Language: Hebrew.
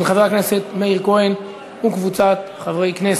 של חבר הכנסת מאיר כהן וקבוצת חברי הכנסת.